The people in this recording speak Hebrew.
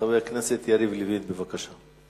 חבר הכנסת יריב לוין, בבקשה.